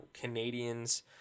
Canadians